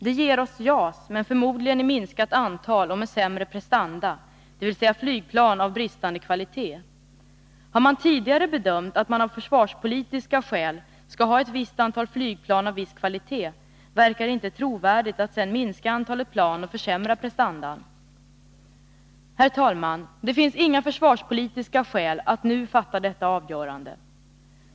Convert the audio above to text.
Det ger oss JAS, men förmodligen i minskat antal och med sämre prestanda, dvs. flygplan av bristande kvalitet. Har man tidigare bedömt att man av försvarspolitiska skäl skall ha ett visst antal flygplan av viss kvalitet, verkar det inte trovärdigt att sedan minska antalet plan och sedan försämra prestandan. Herr talman! Det finns inga försvarspolitiska skäl att nu fatta detta avgörande.